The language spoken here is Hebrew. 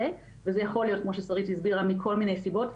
וזה יכול להיות כמו ששרית אמרה מכל מיני סיבות.